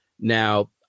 Now